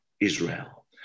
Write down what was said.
Israel